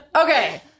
Okay